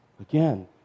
Again